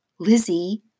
Lizzie